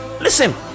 Listen